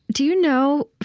do you know,